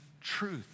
truth